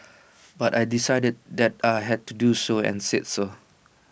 but I decided that I had to do so and said so